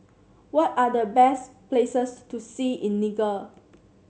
what are the best places to see in Niger